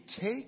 take